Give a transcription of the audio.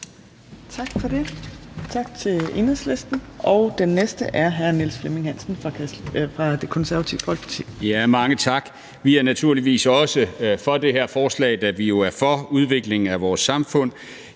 Tak for det til Enhedslisten. Den næste er hr. Niels Flemming Hansen fra Det Konservative Folkeparti. Kl. 18:47 (Ordfører) Niels Flemming Hansen (KF): Mange tak. Vi er naturligvis også for det her forslag, da vi jo er for udviklingen af vores samfund.